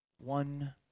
one